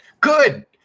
Good